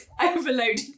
overloaded